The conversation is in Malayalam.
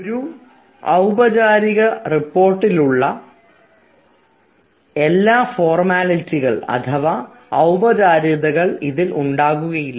ഒരു ഔപചാരിക റിപ്പോർട്ടിലുള്ള എല്ലാ ഫോർമാലിറ്റികൾ അഥവാ ഔപചാരികതകൾ ഇതിൽ ഉണ്ടാകില്ല